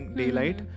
daylight